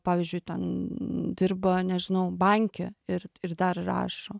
pavyzdžiui ten dirba nežinau banke ir ir dar rašo